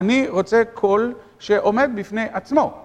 אני רוצה קול שעומד בפני עצמו.